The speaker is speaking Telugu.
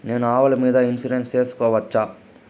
నేను ఆవుల మీద ఇన్సూరెన్సు సేసుకోవచ్చా?